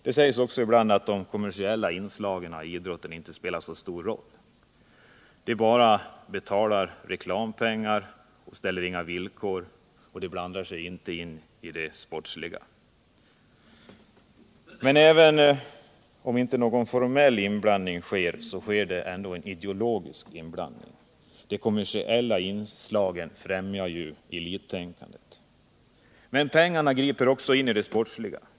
Det sägs ibland att de kommersiella inslagen i idrotten inte spelar så stor roll, att de som betalar reklampengar inte ställer några villkor och inte blandar sig i det sportsliga. Men även om någon formell inblandning inte sker, så sker det en ideologisk inblandning. De kommersiella inslagen främjar ju elittänkandet. Pengarna griper också in i det sportsliga.